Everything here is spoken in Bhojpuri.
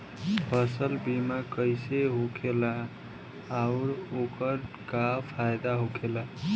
फसल बीमा कइसे होखेला आऊर ओकर का फाइदा होखेला?